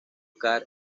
carl